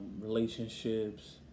relationships